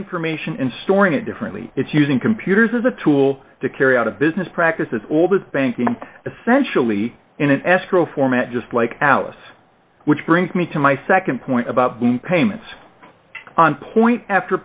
information and storing it differently it's using computers as a tool to carry out a business practices all the banking essentially in an escrow format just like out us which brings me to my nd point about payments on point after